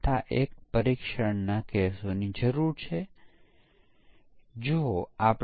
તેથી ડીબગિંગ ખૂબ મુશ્કેલ બને છે ડીબગિંગ અને સુધારણા ખૂબ મુશ્કેલ બની જાય છે